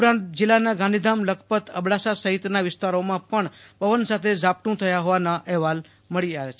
ઉપરાંત જિલ્લાના ગાંધીધામલખપતઅબડાસા સફિતના વિસ્તારોમાં પણ પવન સાથે માવઠુ થયા હોવાના અહેવાલ સાંપડી રહ્યા છે